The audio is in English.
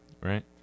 Right